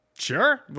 Sure